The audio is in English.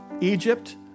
Egypt